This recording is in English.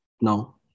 No